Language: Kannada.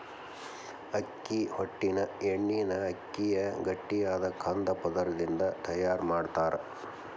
ಅಕ್ಕಿ ಹೊಟ್ಟಿನ ಎಣ್ಣಿನ ಅಕ್ಕಿಯ ಗಟ್ಟಿಯಾದ ಕಂದ ಪದರದಿಂದ ತಯಾರ್ ಮಾಡ್ತಾರ